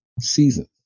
seasons